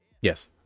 Yes